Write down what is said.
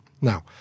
Now